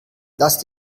lasst